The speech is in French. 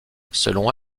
selon